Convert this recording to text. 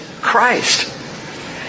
Christ